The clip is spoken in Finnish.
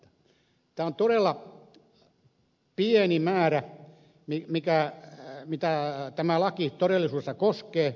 tämä on todella pieni määrä mitä tämä laki todellisuudessa koskee